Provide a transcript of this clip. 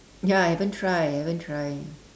ya I haven't try haven't try